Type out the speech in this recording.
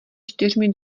čtyřmi